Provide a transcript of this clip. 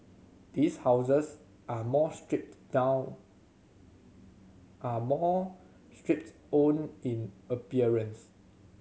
these houses are more stripped down are more stripped own in appearance